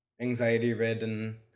anxiety-ridden